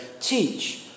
teach